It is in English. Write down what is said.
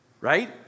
right